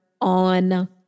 on